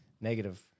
negative